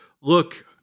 look